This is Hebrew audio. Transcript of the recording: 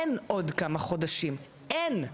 אין עוד כמה חודשים, אין.